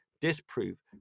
disprove